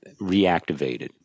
reactivated